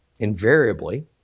Invariably